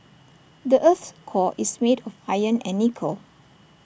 the Earth's core is made of iron and nickel